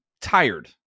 tired